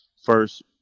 first